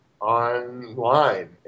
online